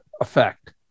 effect